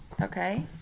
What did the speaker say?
Okay